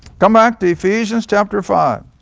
come back to ephesians chapter five